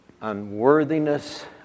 unworthiness